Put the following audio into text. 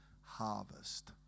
harvest